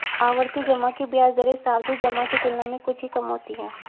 आवर्ती जमा की ब्याज दरें सावधि जमा की तुलना में कुछ ही कम होती हैं